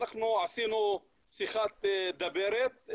אנחנו עשינו שיחת דברת,